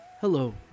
Hello